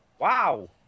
Wow